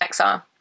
XR